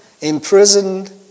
imprisoned